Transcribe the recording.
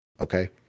okay